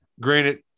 Granted